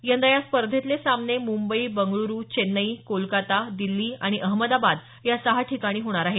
यंदा या स्पर्धेतले सामने मुंबई बंगळूर चेन्नई कोलकाता दिल्ली आणि अहमदाबाद या सहा ठिकाणी होणार आहेत